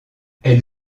elle